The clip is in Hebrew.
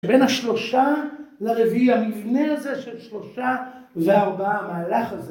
‫בין השלושה לרביעי המבנה הזה, ‫של שלושה וארבעה, המהלך הזה.